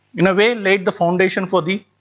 in a way laid the foundation for the